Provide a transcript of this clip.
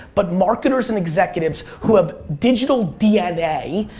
but marketers and executives who have digital dna,